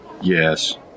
Yes